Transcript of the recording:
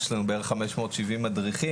יש לנו בערך 570 מדריכים,